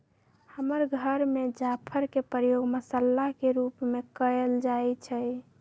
हमर घर में जाफर के प्रयोग मसल्ला के रूप में कएल जाइ छइ